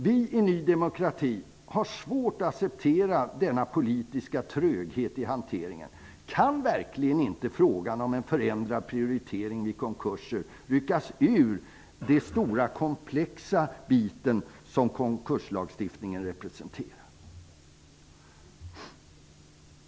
Vi i Ny demokrati har svårt att acceptera denna politiska tröghet i hanteringen. Kan frågan om en förändrad prioritering vid konkurser verkligen inte ryckas ut ur den stora, komplexa bit som konkurrenslagstiftningen representerar?